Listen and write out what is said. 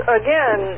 again